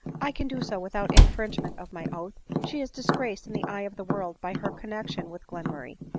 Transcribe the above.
i can do so without infringement of my oath. she is disgraced in the eye of the world by her connexion with glenmurray,